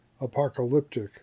Apocalyptic